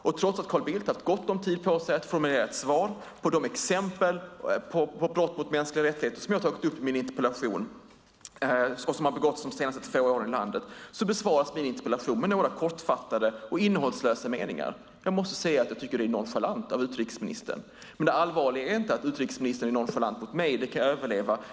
Och trots att Carl Bildt har haft gott om tid på sig att formulera ett svar på de exempel på brott mot mänskliga rättigheter som jag har tagit upp i min interpellation och som har begåtts de senaste två åren i landet besvaras min interpellation med några kortfattade och innehållslösa meningar. Jag måste säga att jag tycker att det är nonchalant av utrikesministern. Det allvarliga är ändå inte att utrikesministern är nonchalant mot mig; det kan jag överleva.